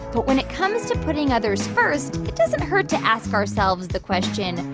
but when it comes to putting others first, it doesn't hurt to ask ourselves the question,